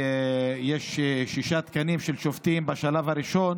ויש שישה תקנים של שופטים בשלב הראשון.